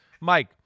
Mike